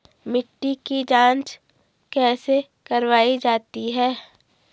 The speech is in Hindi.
मिट्टी की जाँच कैसे करवायी जाती है?